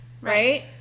right